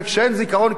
וכשאין זיכרון,